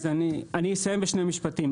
אז אני אסיים בשני משפטים,